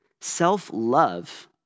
Self-love